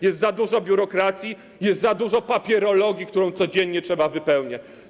Jest za dużo biurokracji, jest za dużo papierologii, codziennie trzeba to wypełniać.